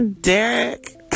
Derek